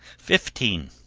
fifteen.